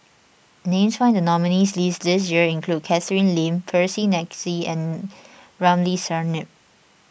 names found in the nominees' list this year include Catherine Lim Percy McNeice and Ramli Sarip